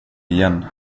igen